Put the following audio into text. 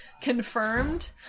confirmed